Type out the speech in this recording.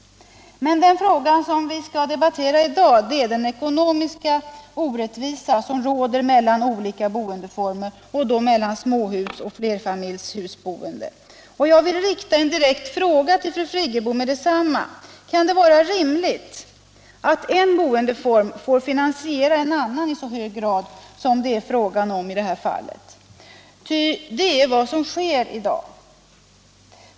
Men den frågan som vi skall debattera i dag är den ekonomiska orättvisa som råder mellan olika boendeformer, dvs. mellan småhus och fler 81 Om ökad rättvisa i familjshusboende. Jag vill rikta en fråga till fru Friggebo med detsamma: Kan det vara rimligt att en boendeform får finansiera en annan i så hög grad som det är fråga om i detta fall? Ty det är vad som sker i dag.